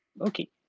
Okay